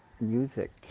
music